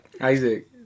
Isaac